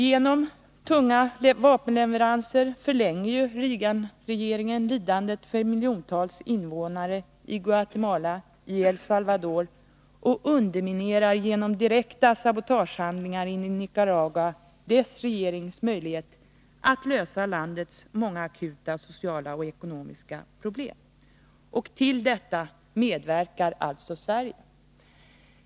Genom tunga vapenleveranser förlänger Reaganregeringen lidandet för miljontals invånare i Guatemala och i El Salvador och underminerar genom direkta sabotagehandlingar inne i Nicaragua dess regerings möjlighet att lösa landets många akuta sociala och ekonomiska problem. Till detta medverkar alltså Sverige.